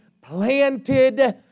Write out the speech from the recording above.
planted